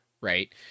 right